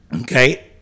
Okay